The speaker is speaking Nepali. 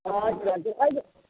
हजुर हजुर अहिले